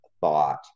thought